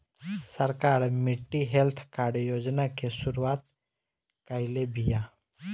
सरकार मिट्टी health card योजना के शुरूआत काइले बिआ